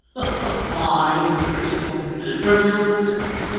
a fine, pretty one, from your lips.